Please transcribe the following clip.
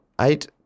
eight